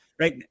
Right